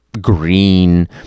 green